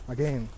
Again